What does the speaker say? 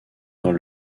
dans